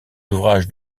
ouvrages